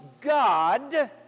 God